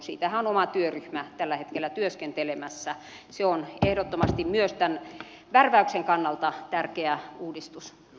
siitähän on oma työryhmä tällä hetkellä työskentelemässä ja se on ehdottomasti myös tämän värväyksen kannalta tärkeä uudistus